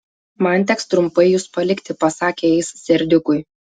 man teks trumpai jus palikti pasakė jis serdiukui